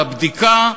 לבדיקה,